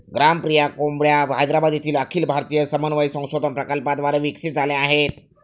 ग्रामप्रिया कोंबड्या हैदराबाद येथील अखिल भारतीय समन्वय संशोधन प्रकल्पाद्वारे विकसित झाल्या आहेत